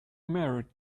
married